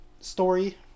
story